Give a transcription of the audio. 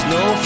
no